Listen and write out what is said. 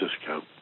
discount